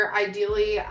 ideally